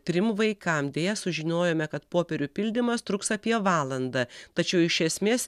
trim vaikam deja sužinojome kad popierių pildymas truks apie valandą tačiau iš esmės